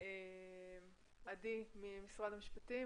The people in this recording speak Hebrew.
עדי ממשרד המשפטים.